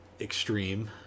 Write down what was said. extreme